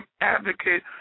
advocate